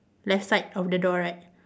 left side of the door right